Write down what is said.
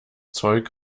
zeug